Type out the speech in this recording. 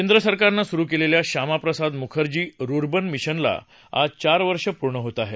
केंद्र सरकारनं सुरु केलेल्या श्यामाप्रसाद मुखर्जी रुबंन मिशनला आज चार वर्ष पूर्ण होत आहेत